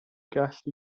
gallu